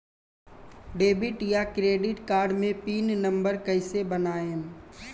Debit या credit card मे pin number कैसे बनाएम?